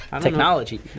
technology